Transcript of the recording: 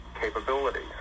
capabilities